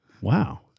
Wow